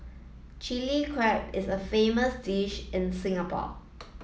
Chilli Crab is a famous dish in Singapore